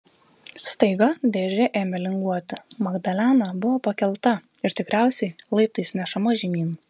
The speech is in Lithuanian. staiga dėžė ėmė linguoti magdalena buvo pakelta ir tikriausiai laiptais nešama žemyn